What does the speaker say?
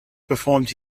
performed